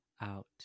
Out